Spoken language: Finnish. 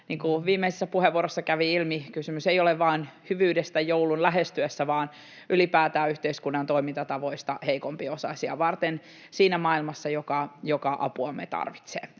viimeisessä puheenvuorossa kävi ilmi, kysymys ei ole vain hyvyydestä joulun lähestyessä vaan ylipäätään yhteiskunnan toimintatavoista heikompiosaisia varten siinä maailmassa, joka apuamme tarvitsee.